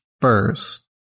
first